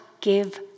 give